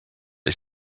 ich